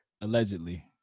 Allegedly